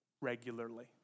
regularly